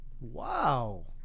Wow